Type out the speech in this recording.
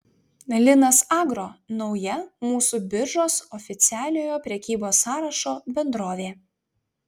linas agro nauja mūsų biržos oficialiojo prekybos sąrašo bendrovė